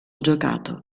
giocato